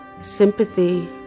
sympathy